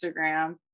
Instagram